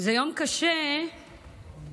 זה יום קשה בעיקר